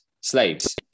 slaves